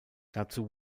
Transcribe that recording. dazu